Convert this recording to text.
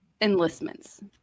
enlistments